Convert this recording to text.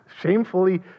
shamefully